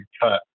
cut